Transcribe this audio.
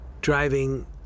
driving